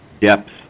depth